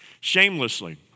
shamelessly